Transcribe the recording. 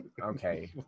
Okay